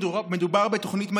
מדובר בתוכנית מדהימה,